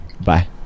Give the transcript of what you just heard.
Bye